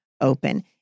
open